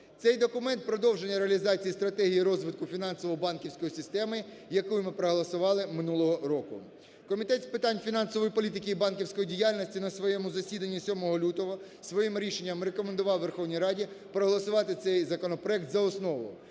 Це документ – продовження реалізації стратегії розвитку фінансово-банківської системи, яку ми проголосували минулого року. Комітет з питань фінансової політики і банківської діяльності на своєму засіданні 7 лютого своїм рішенням рекомендував Верховній Раді проголосувати цей законопроект за основую.